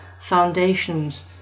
foundations